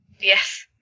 Yes